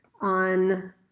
on